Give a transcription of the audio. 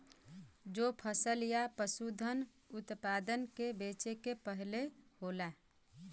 जो फसल या पसूधन उतपादन के बेचे के पहले होला